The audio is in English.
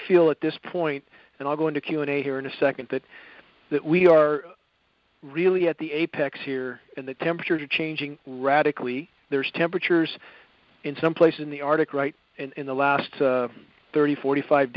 feel at this point and i'm going to q and a here in a second that that we are really at the apex here and the temperatures are changing radically there's temperatures in some places in the arctic right in the last thirty forty five